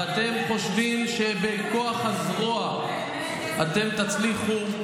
ואתם חושבים שבכוח הזרוע אתם תצליחו,